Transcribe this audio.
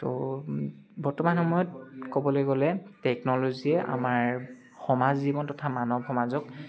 ত' বৰ্তমান সময়ত ক'বলৈ গ'লে টেকন'লজিয়ে আমাৰ সমাজ জীৱন তথা মানৱ সমাজক